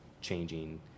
changing